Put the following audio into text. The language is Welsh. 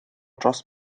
dros